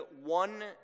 one